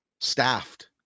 staffed